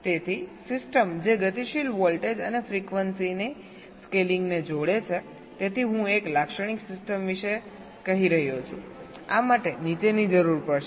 તેથી સિસ્ટમ જે ગતિશીલ વોલ્ટેજ અને ફ્રીક્વન્સીઝ સ્કેલિંગ ને જોડે છેતેથી હું એક લાક્ષણિક સિસ્ટમ વિશે કહી રહ્યો છું આ માટે નીચેની જરૂર પડશે